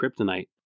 kryptonite